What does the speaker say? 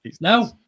No